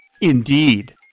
Indeed